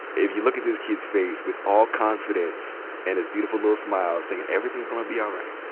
if you look at this kid's face with all confidence and his beautiful little smile singin', everything's gonna be all right,